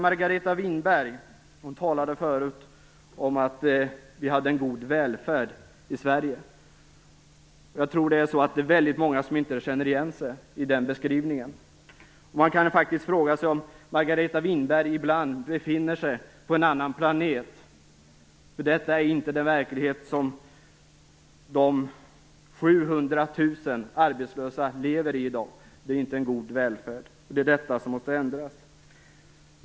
Margareta Winberg talade förut om att vi hade en god välfärd i Sverige, men jag tror att det är många som inte känner igen sig i den beskrivningen. Man kan fråga sig om Margareta Winberg ibland befinner sig på en annan planet. Den verklighet som 700 000 arbetslösa lever i i dag är inte en god välfärd, och detta måste ändras.